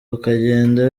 ukagenda